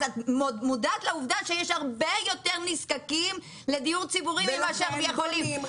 אז את מודעת לעובדה שיש הרבה יותר נזקקים לדור ציבורי מאשר יכולים.